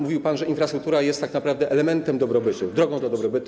Mówił pan, że infrastruktura jest tak naprawdę elementem dobrobytu, drogą do dobrobytu.